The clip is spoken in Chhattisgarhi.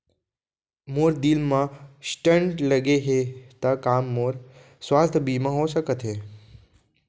मोर दिल मा स्टन्ट लगे हे ता का मोर स्वास्थ बीमा हो सकत हे?